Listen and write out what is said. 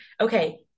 okay